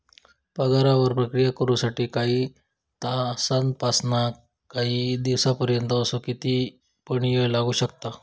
पगारावर प्रक्रिया करु साठी काही तासांपासानकाही दिसांपर्यंत असो किती पण येळ लागू शकता